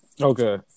Okay